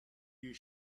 you